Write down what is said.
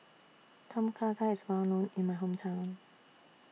Tom Kha Gai IS Well known in My Hometown